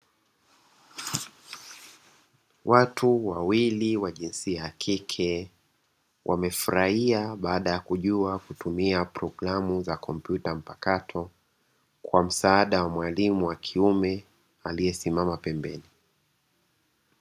Watu wawili wa jinsia ya kike wamefurahia, baada ya kujua kutumia programu za kompyuta mpakato kwa msaada wa mwalimu wa kiume aliyesimama pembeni.